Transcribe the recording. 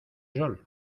sol